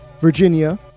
Virginia